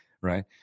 Right